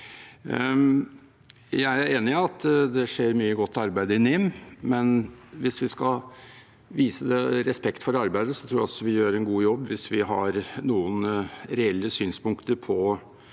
Jeg er enig i at det skjer mye godt arbeid i NIM, men hvis vi skal vise respekt for det arbeidet, tror jeg også vi gjør en god jobb hvis vi har noen reelle synspunkter på